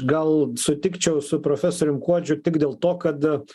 gal sutikčiau su profesoriumi kuodžiu tik dėl to kad